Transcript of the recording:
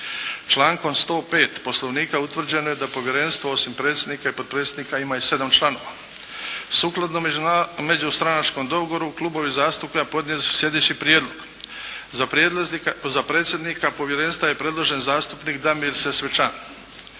Člankom 105. Poslovnika utvrđeno je da Povjerenstvo osim predsjednika i potpredsjednika ima i 7 članova. Sukladno međustranačkom dogovoru klubovi zastupnika podnijeli su sljedeći prijedlog: Za predsjednika Povjerenstva je predložen zastupnik Damir Sesvečan.